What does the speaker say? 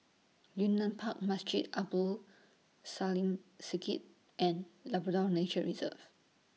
Yunnan Park Masjid Abdul and Nature Reserve